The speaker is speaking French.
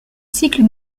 cycle